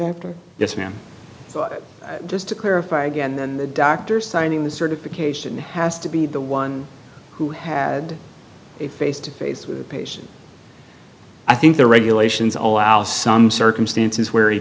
after this ma'am so just to clarify again the doctor signing the certification has to be the one who had a face to face with a patient i think the regulations allow some circumstances where he